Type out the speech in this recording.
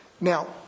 Now